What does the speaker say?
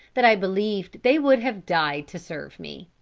that i believe they would have died to serve me.